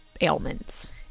ailments